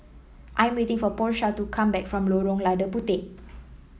I'm waiting for Porsha to come back from Lorong Lada Puteh